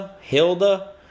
Hilda